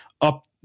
up